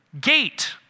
gate